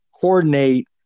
coordinate